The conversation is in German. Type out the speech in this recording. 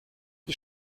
die